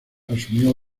asumió